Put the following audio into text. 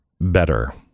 Better